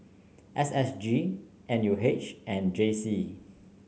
S S G N U H and J C